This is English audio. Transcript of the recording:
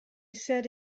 said